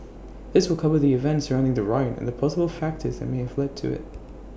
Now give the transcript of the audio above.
this will cover the events surrounding the riot and the possible factors that may have led to IT